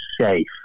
safe